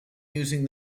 using